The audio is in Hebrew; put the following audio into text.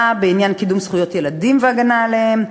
בעניין קידום זכויות ילדים והגנה עליהן,